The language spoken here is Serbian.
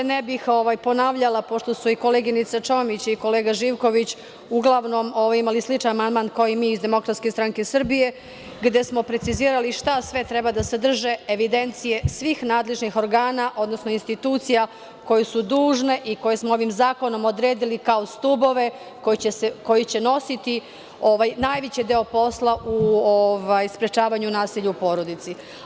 Ne bih se ponavljala, pošto su koleginica Čomić i kolega Živković uglavnom imali sličan amandman kao i mi iz DSS, gde smo precizirali šta sve treba da sadrže evidencije svih nadležnih organa, odnosno institucija koje su dužne i koje smo ovim zakonom odredili kao stubove koji će nositi najveći deo posla u sprečavanju nasilja u porodici.